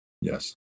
Yes